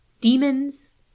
Demons